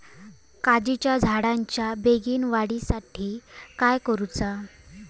काजीच्या झाडाच्या बेगीन वाढी साठी काय करूचा?